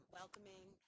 welcoming